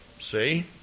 See